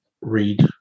Read